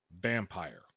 vampire